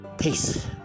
Peace